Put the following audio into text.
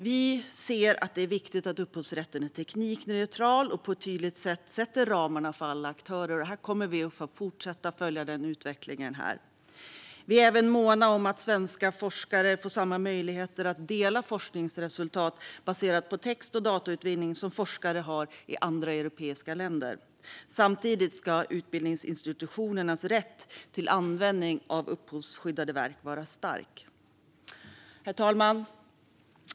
Det är viktigt att upphovsrätten är teknikneutral och på ett tydligt sätt sätter ramarna för alla aktörer, och vi kommer att fortsätta att följa utvecklingen här. Vi är även måna om att svenska forskare får samma möjlighet att dela forskningsresultat baserat på text och datautvinning som forskare har i andra europeiska länder. Samtidigt ska utbildningsinstitutionernas rätt till användning av upphovsskyddade verk vara stark. Herr talman!